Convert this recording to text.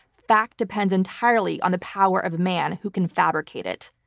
fact depends entirely on the power of a man who can fabricate it.